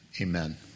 Amen